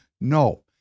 No